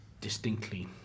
distinctly